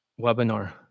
webinar